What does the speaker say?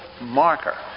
marker